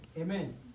Amen